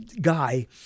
guy